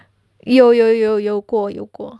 有有有有过有过